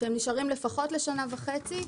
שהם נשארים לפחות לשנה וחצי,